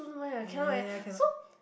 ya ya cannot